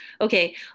okay